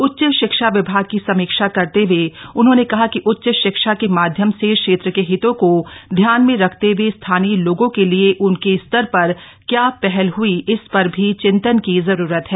उच्च शिक्षा विभाग की समीक्षा करते हए उन्होंने कहा कि उच्च शिक्षा के माध्यम से क्षेत्र के हितों को ध्यान में रखते हुए स्थानीय लोगों के लिए उनके स्तर पर क्या पहल हुई इस पर भी चिन्तन की जरूरत है